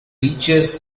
reaches